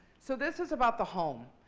so this is about the home.